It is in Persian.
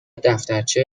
دفترچه